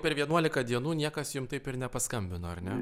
per vienuolika dienų niekas jum taip ir nepaskambino ar ne